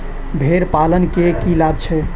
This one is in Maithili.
भेड़ पालन केँ की लाभ छै?